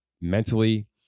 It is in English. mentally